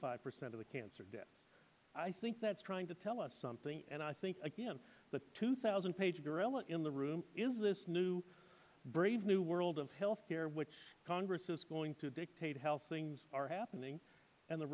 five percent of the cancer deaths i think that's trying to tell us something and i think again the two thousand page gorilla in the room is this new brave new world of health care which congress is going to dictate health things are happening and the